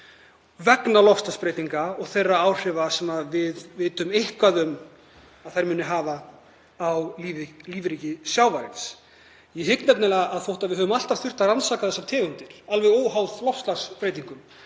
vegna loftslagsbreytinga og þeirra áhrifa sem við vitum að þær munu hafa á lífríki sjávarins. Ég hygg nefnilega að þótt við höfum alltaf þurft að rannsaka þessar tegundir, alveg óháð loftslagsbreytingum,